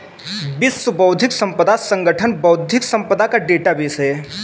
विश्व बौद्धिक संपदा संगठन बौद्धिक संपदा का डेटाबेस है